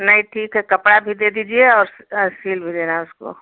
नहीं ठीक है कपड़ा भी दे दीजिए और सील भी देना उसको